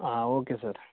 ಹಾಂ okay sir